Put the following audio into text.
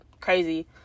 crazy